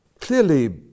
clearly